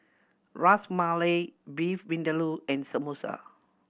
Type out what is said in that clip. Ras Malai Beef Vindaloo and Samosa